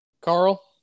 Carl